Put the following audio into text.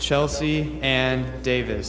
chelsea and davi